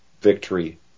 victory